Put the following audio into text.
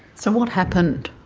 so what happened?